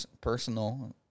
personal